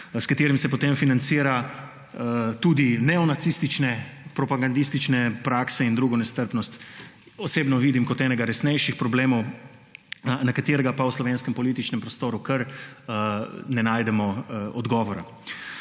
s katerim se potem financira tudi neonacistične propagandistične prakse in drugo nestrpnost, osebno vidim kot enega resnejših problemov, na katerega pa v slovenskem političnem prostoru kar ne najdemo odgovora.